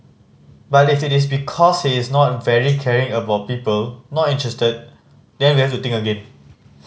but if it is because he is not very caring about people not interested then we have to think again